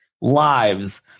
lives